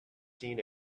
seen